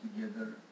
together